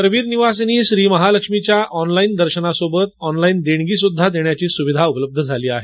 करवीर निवासिनी श्री महालक्ष्मीच्या ऑनलाईन दर्शनासोबत ऑनलाईन देणगी सुध्दा देण्याची सुविधा उपलब्ध झाली आहे